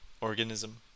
organism